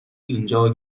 اینجا